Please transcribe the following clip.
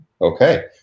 Okay